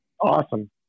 awesome